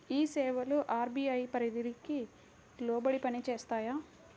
ఈ సేవలు అర్.బీ.ఐ పరిధికి లోబడి పని చేస్తాయా?